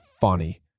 funny